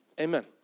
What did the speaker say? Amen